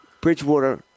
Bridgewater